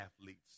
athletes